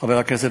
חבר הכנסת